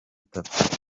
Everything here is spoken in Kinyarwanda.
itatu